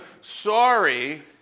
sorry